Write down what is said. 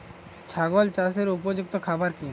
ছাগল চাষের উপযুক্ত খাবার কি কি?